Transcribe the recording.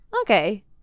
okay